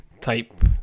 type